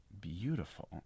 Beautiful